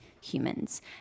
humans